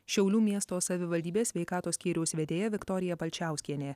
šiaulių miesto savivaldybės sveikatos skyriaus vedėja viktorija palčiauskienė